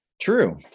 True